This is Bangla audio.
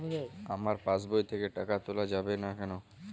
আমার পাসবই থেকে টাকা তোলা যাচ্ছে না কেনো?